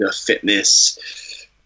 fitness